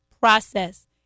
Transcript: process